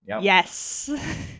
Yes